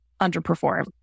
underperform